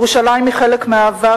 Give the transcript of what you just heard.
ירושלים היא חלק מהעבר,